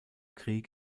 krieg